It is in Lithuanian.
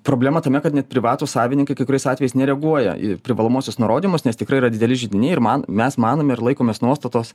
problema tame kad net privatūs savininkai kai kuriais atvejais nereaguoja ir privalomuosius nurodymus nes tikrai yra dideli židiniai ir man mes manome ir laikomės nuostatos